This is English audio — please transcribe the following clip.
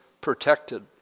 protected